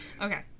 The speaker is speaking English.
Okay